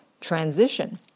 transition